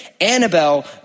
Annabelle